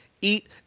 eat